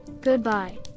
Goodbye